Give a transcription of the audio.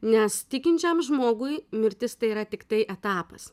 nes tikinčiam žmogui mirtis tai yra tiktai etapas